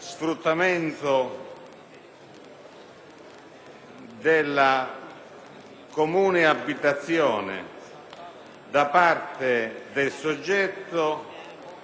della comune abitazione da parte del soggetto e della vittima,